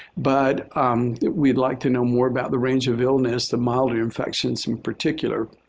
but we'd like to know more about the range of illness, the milder infections in particular.